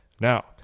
Now